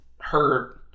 hurt